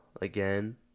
again